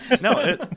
No